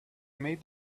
made